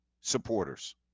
supporters